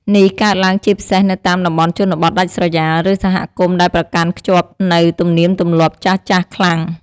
នេះកើតឡើងជាពិសេសនៅតាមតំបន់ជនបទដាច់ស្រយាល ឬសហគមន៍ដែលប្រកាន់ខ្ជាប់នូវទំនៀមទម្លាប់ចាស់ៗខ្លាំង។